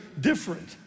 different